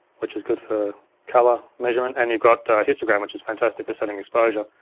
which is good for color measurement. and you've got a histogram which is fantastic for setting exposure.